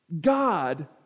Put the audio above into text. God